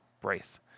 breath